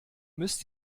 müsst